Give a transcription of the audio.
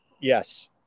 Yes